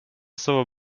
savo